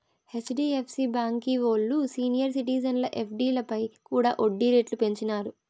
HDFC బాంకీ ఓల్లు senior సిటిజన్ల ఎఫ్డీలపై కూడా ఒడ్డీ రేట్లు పెంచినారు